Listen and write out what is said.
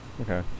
Okay